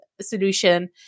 solution